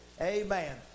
Amen